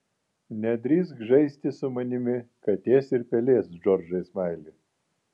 nedrįsk žaisti su manimi katės ir pelės džordžai smaili